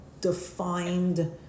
defined